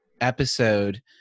episode